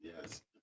Yes